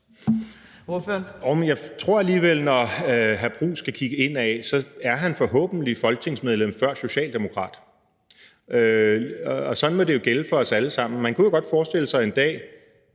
(DF): Jeg tror nu alligevel, at når hr. Jeppe Bruus skal kigge indad, er han forhåbentlig folketingsmedlem før socialdemokrat. Sådan må det jo gælde for os alle sammen. Man kunne jo godt forestille sig, at